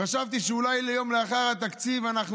חשבתי שאולי ביום שלאחר התקציב אנחנו